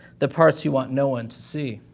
the parts you want no one to see.